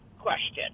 question